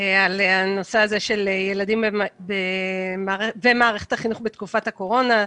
על הנושא של ילדים ומערכת החינוך בתקופת הקורונה.